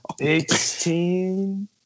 16